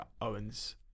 Owens